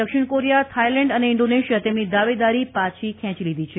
દક્ષિણ Korea Thailand અને Indonesia તેમની દાવેદારી પાછી ખેંચી લીધી છે